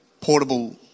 portable